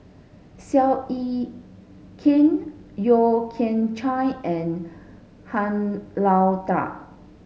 Seow Yit Kin Yeo Kian Chai and Han Lao Da